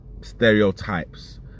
stereotypes